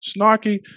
snarky